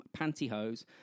pantyhose